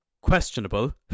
questionable